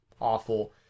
awful